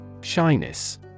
Shyness